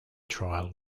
trial